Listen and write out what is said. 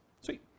Sweet